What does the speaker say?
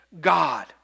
God